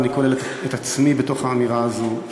אני כולל את עצמי בתוך האמירה הזאת,